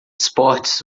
esportes